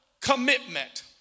commitment